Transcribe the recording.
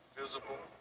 visible